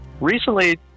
Recently